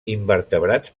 invertebrats